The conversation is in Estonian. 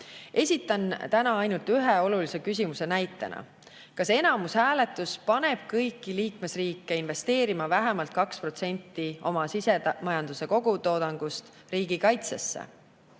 Esitan täna ainult ühe olulise küsimuse näitena: kas enamushääletus paneb kõiki liikmesriike investeerima vähemalt 2% oma sisemajanduse kogutoodangust riigikaitsesse?